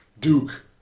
Duke